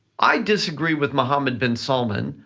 i disagree with mohammed bin salman,